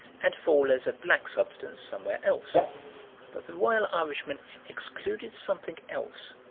and fall as a black substance somewhere else but the royal irishmen excluded something else,